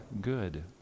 good